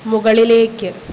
മുകളിലേക്ക്